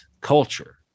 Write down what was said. culture